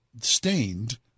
Stained